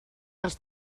dels